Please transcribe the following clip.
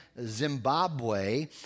Zimbabwe